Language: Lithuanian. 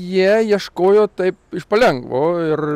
jie ieškojo taip iš palengvo ir